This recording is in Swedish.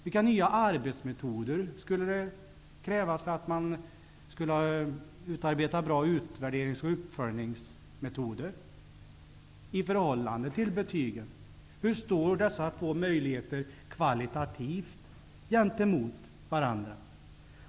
Vilka nya arbetsmetoder skulle krävas för att utarbeta andra utvärderings och uppföljningsmetoder än betyg? Hur står dessa två möjligheter kvalitativt gentemot varandra?